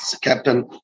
captain